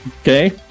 okay